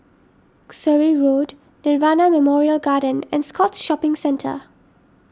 Surrey Road Nirvana Memorial Garden and Scotts Shopping Centre